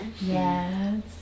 Yes